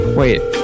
wait